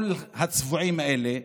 כל הצבועים האלה,